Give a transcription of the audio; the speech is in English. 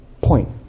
point